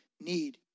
need